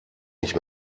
nicht